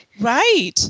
right